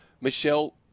Michelle